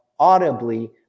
audibly